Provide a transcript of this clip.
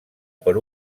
per